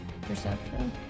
Perception